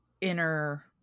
inner